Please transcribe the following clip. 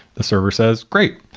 the server says, great.